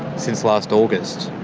since last august.